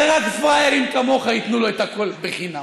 הרי רק פראיירים כמוך ייתנו לו את הכול בחינם.